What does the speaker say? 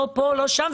לא פה ולא שם,